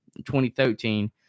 2013